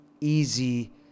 easy